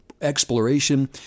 exploration